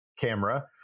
camera